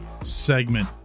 segment